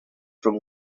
from